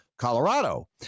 colorado